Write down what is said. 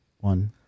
One